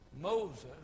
Moses